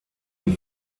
die